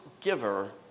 giver